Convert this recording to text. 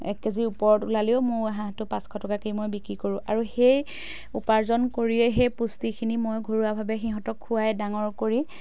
এক কেজিৰ ওপৰত ওলালেও মই হাঁহটো পাঁচশ টকাকে মই বিক্ৰী কৰোঁ আৰু সেই উপাৰ্জন কৰিয়ে সেই পুষ্টিখিনি মই ঘৰুৱাভাৱে সিহঁতক খুৱাই ডাঙৰ কৰি